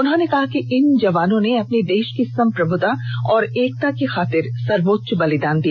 उन्होंने कहा कि इन जवानों ने अपनी देश की सम्प्रभुता और एकता की खातिर सर्वोच्च बलिदान दिया